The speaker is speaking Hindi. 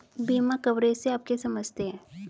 बीमा कवरेज से आप क्या समझते हैं?